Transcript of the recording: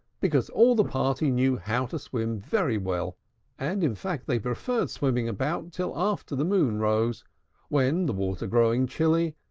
because all the party knew how to swim very well and, in fact, they preferred swimming about till after the moon rose when, the water growing chilly,